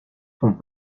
font